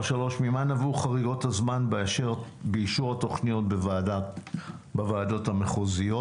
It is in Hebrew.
3: ממה נבעו חריגות הזמן באישור התוכניות בוועדות המחוזיות?